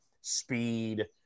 speed